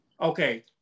Okay